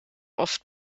oft